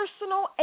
personal